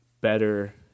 better